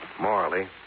morally